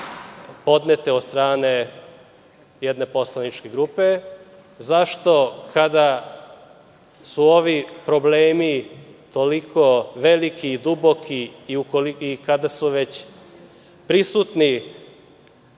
podnete od strane jedne poslaničke grupe? Zašto kada su ovi problemi toliko veliki i duboki i kada su već prisutni